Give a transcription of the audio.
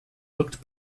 looked